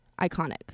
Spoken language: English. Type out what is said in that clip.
iconic